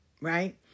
right